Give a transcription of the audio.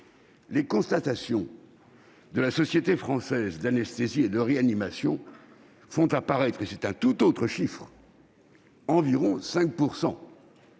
les constatations de la Société française d'anesthésie et de réanimation font quant à elles apparaître un tout autre chiffre : environ 5